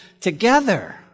together